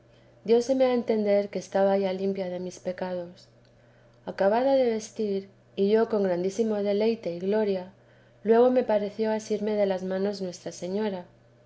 dióseme a entender que estaba ya limpia de mis pecados acabada de vestir yo con grandísimo deleite y gloria luego me pareció asirme de las manos nuestra señora